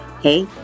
Hey